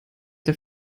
der